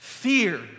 Fear